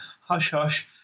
hush-hush